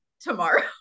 tomorrow